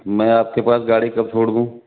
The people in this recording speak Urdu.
میں آپ کے پاس گاڑی کب چھوڑ دوں